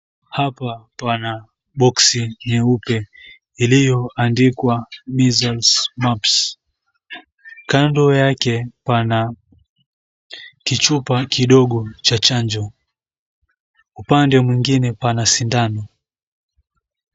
Hapa pana boksi nyeupe iliyoandikwa, Measles, Mumps. Kando yake pana kichupa kidogo cha chanjo. Upande mwingine pana sindano.